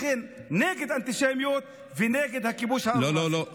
לכן אני נגד אנטישמיות ונגד הכיבוש הארור הזה.